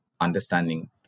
understanding